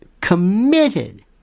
committed